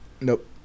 nope